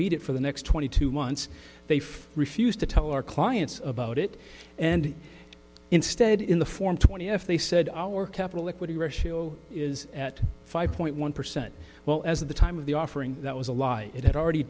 beat it for the next twenty two months they refused to tell our clients about it and instead in the form twenty if they said our capital equity ratio is at five point one percent well as of the time of the offering that was a lie it had already